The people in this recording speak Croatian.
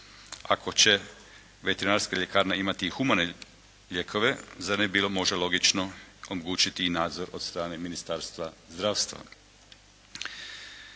Ako će veterinarska ljekarna imati i humane lijekove zar ne bi bilo možda logično omogućiti i nadzor od strane Ministarstva zdravstva?